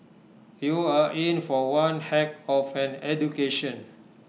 you're in for one heck of an education